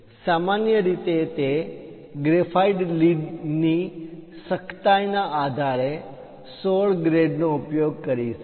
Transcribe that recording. સામાન્ય રીતે તે ગ્રેફાઇટ લીડ ની સખ્તાઇ ના આધારે 16 ગ્રેડ નો ઉપયોગ કરીશું